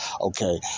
Okay